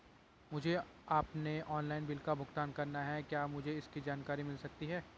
मुझे अपने ऑनलाइन बिलों का भुगतान करना है क्या मुझे इसकी जानकारी मिल सकती है?